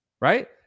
Right